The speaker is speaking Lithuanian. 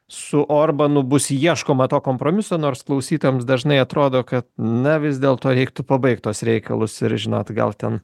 su orbanu bus ieškoma to kompromiso nors klausytojams dažnai atrodo kad na vis dėlto reiktų pabaigt tuos reikalus ir žinot gal ten